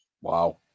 wow